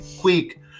quick